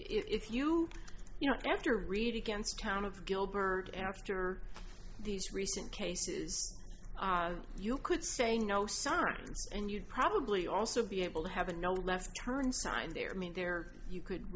if you you know after read against town of gilbert after these recent cases you could say no sorry and you'd probably also be able to have a no left turn sign there i mean there you could